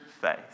faith